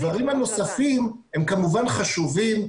הדברים הנוספים הם כמובן חשובים,